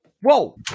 whoa